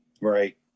right